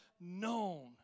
known